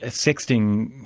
ah sexting,